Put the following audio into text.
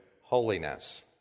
holiness